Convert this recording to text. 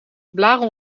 blaren